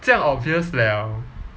这样 obvious liao